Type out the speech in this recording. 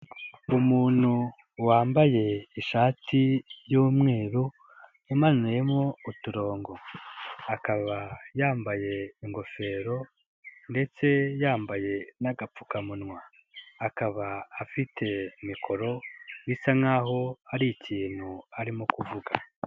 Umuntu wambaye ishati y'umweru imanuyemo uturongo, akaba yambaye ingofero ndetse yambaye n'agapfukamunwa, akaba afite mikoro bisa nkaho hari ikintu arimo kuvuga.